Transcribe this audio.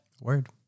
Word